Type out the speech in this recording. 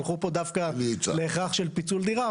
הלכו פה דווקא להכרח של פיצול דירה,